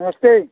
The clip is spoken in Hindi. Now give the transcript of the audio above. नमस्ते